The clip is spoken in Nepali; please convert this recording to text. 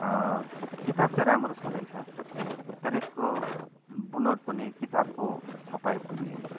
किताब त राम्रो छँदैछ तर यसको बुनोट पनि किताबको छपाइ पनि